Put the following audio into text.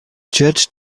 judge